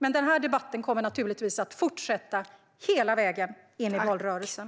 Denna debatt kommer naturligtvis att fortsätta hela vägen in i valrörelsen.